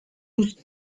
ouzh